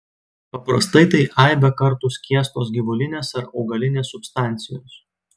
paprastai tai aibę kartų skiestos gyvulinės ar augalinės substancijos